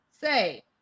say